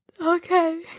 Okay